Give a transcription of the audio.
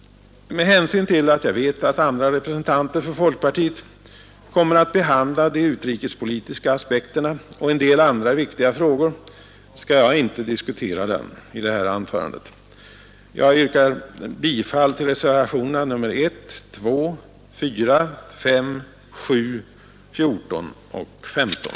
Med hänsyn till att jag vet att andra representanter för folkpartiet kommer att behandla de utrikespolitiska aspekterna och en del andra viktiga frågor skall jag inte diskutera dem i det här anförandet. Jag yrkar bifall till reservationerna 1, 2,4, 5,7, 14 och 15.